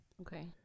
Okay